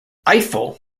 eiffel